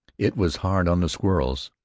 it was hard on the squirrels,